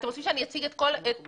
אתם רוצים שאני אציג את השינויים?